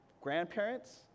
Grandparents